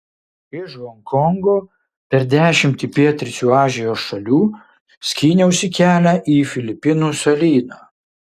iš honkongo per dešimtį pietryčių azijos šalių skyniausi kelią į filipinų salyną